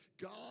God